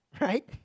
right